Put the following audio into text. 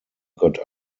got